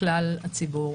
בכלל הציבור.